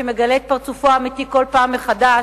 שמגלה את פרצופו האמיתי כל פעם מחדש,